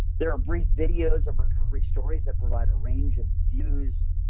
there are brief videos of recovery stories that provide a range of views,